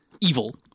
evil